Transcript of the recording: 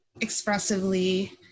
expressively